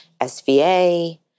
SVA